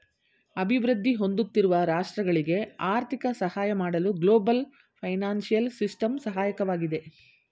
ಅಭಿವೃದ್ಧಿ ಹೊಂದುತ್ತಿರುವ ರಾಷ್ಟ್ರಗಳಿಗೆ ಆರ್ಥಿಕ ಸಹಾಯ ಮಾಡಲು ಗ್ಲೋಬಲ್ ಫೈನಾನ್ಸಿಯಲ್ ಸಿಸ್ಟಮ್ ಸಹಾಯಕವಾಗಿದೆ